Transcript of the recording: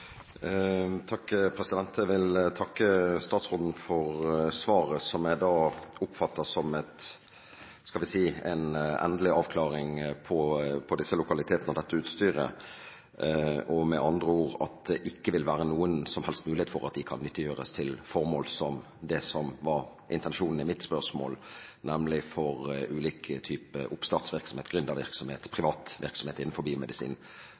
Jeg vil takke statsråden for svaret som jeg oppfattet som en – skal vi si – endelig avklaring når det gjelder disse lokalitetene og dette utstyret, med andre ord at det ikke vil være noen som helst mulighet for at de kan nyttiggjøres til formål som det som var intensjonen i mitt spørsmål, nemlig for ulike typer oppstartvirksomhet – gründervirksomhet, privat virksomhet – innenfor biomedisin,